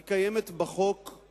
היא קיימת בחוק,